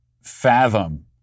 fathom